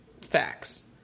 Facts